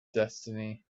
destiny